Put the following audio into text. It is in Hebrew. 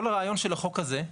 כל הרעיון של החוק הזה,